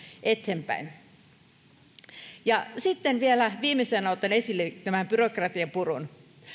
eteenpäin sitten vielä viimeisenä otan esille tämän byrokratian purun